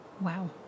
Wow